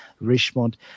Richmond